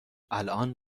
الان